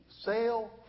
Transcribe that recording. sail